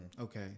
Okay